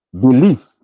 belief